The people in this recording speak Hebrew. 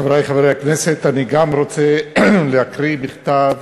חברי חברי הכנסת, גם אני רוצה להקריא מכתב